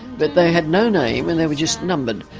but they had no name and they were just numbered,